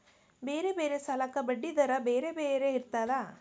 ಬೇರೆ ಬೇರೆ ಸಾಲಕ್ಕ ಬಡ್ಡಿ ದರಾ ಬೇರೆ ಬೇರೆ ಇರ್ತದಾ?